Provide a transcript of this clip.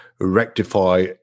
rectify